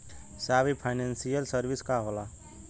साहब इ financial service का होला?